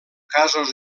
casos